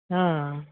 हां